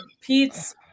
pete's